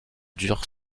durent